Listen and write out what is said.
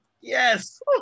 yes